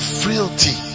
frailty